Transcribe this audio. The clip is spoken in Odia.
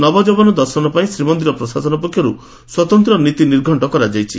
ନବଯୌବନ ଦର୍ଶନ ପାଇଁ ଶ୍ରୀମନ୍ଦିର ପ୍ରଶାସନ ପକ୍ଷରୁ ସ୍ୱତନ୍ତ ନୀତି ନିର୍ଘକ୍ କରାଯାଇଛି